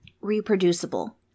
reproducible